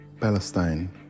Palestine